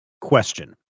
question